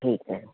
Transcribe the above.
ਠੀਕ ਹੈ